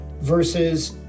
versus